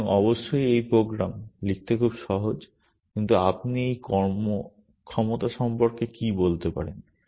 সুতরাং অবশ্যই এই প্রোগ্রাম লিখতে খুব সহজ কিন্তু আপনি এই কর্মক্ষমতা সম্পর্কে কি বলতে পারেন